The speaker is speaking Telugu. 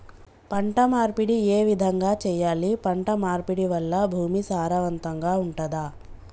పంట మార్పిడి ఏ విధంగా చెయ్యాలి? పంట మార్పిడి వల్ల భూమి సారవంతంగా ఉంటదా?